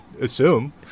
assume